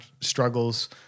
struggles